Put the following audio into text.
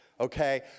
Okay